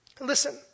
Listen